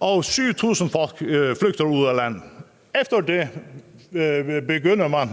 og 7.000 flygter ud af landet. Efter det begynder man